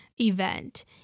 event